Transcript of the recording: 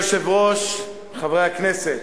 אדוני היושב-ראש, חברי הכנסת,